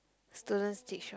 students teach